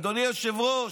אדוני היושב-ראש,